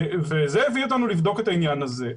הביא אותנו לבדוק את העניין הזה.